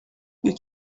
you